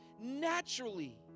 Naturally